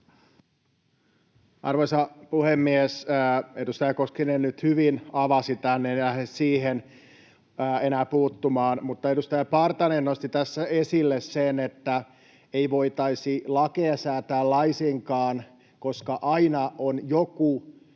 Arvoisa puhemies! Edustaja Koskinen nyt hyvin avasi tämän, en lähde siihen enää puuttumaan, mutta edustaja Partanen nosti tässä esille sen, että ei voitaisi lakeja säätää laisinkaan, koska aina on joku